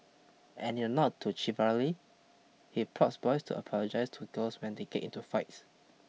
and in a nod to chivalry he prods boys to apologise to girls when they get into fights